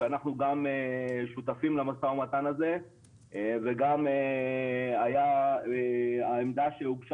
שאנחנו גם שותפים למשא ומתן הזה וגם העמדה שהוגשה